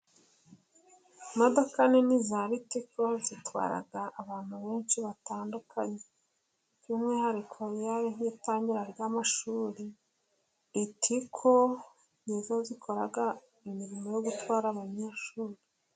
Imodoka nini za Ritiko zitwara abantu benshi batandukanye, by'umwihariko iyo ari nk'itangira ry'amashuri Ritiko nizo zikora imirimo yo gutwara abanyeshuri.